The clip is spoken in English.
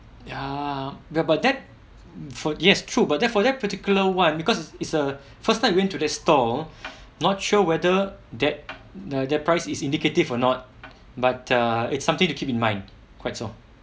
ya ya but that for yes true but for that particular one because is a first time we went to that store not sure whether that their price is indicative or not but ah is something to keep in mind quite so